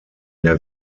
der